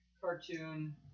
cartoon